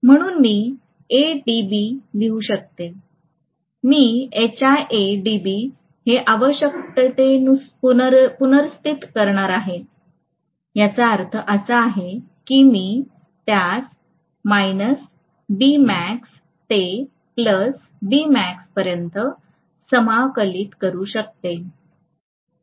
म्हणून मी लिहू शकते मी हे आवश्यकतेने पुनर्स्थित करणार आहे याचा अर्थ असा आहे की मी त्यास ते पर्यंत समाकलित करू शकते